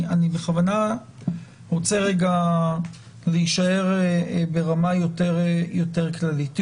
בכוונה רוצה רגע להישאר ברמה יותר כללית.